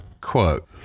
Quote